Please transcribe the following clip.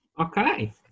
Okay